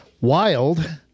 Wild